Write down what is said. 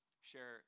share